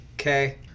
Okay